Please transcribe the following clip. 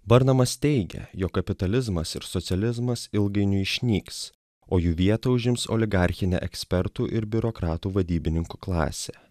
burnamas teigė jog kapitalizmas ir socializmas ilgainiui išnyks o jų vietą užims oligarchinė ekspertų ir biurokratų vadybininkų klasė